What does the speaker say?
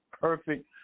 perfect